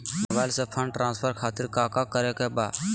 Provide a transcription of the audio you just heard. Mobile से fund transfer खातिर काका करे के बा?